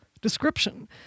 description